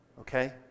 okay